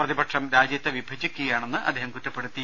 പ്രതിപക്ഷം രാജ്യത്തെ വിഭജിക്കുകയാണെന്നും അദ്ദേഹം കുറ്റപ്പെടുത്തി